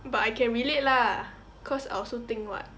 but I can relate lah cause I also think [what]